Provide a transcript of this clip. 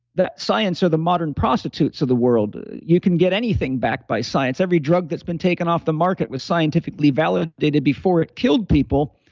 science are the modern prostitutes of the world. you can get anything backed by science. every drug that's been taken off the market was scientifically validated before it killed people.